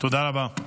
תודה רבה.